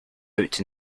out